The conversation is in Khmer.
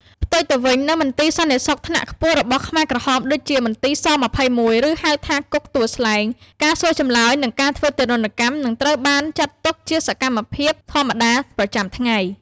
ផ្ទុយទៅវិញ នៅមន្ទីរសន្តិសុខថ្នាក់ខ្ពស់របស់ខ្មែរក្រហម ដូចជា មន្ទីរស-២១ ឬហៅថា គុកទួលស្លែង ការសួរចម្លើយនិងការធ្វើទារុណកម្ម ត្រូវបានចាត់ទុកជាសកម្មភាពធម្មតាប្រចាំថ្ងៃ។